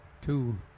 two